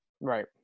right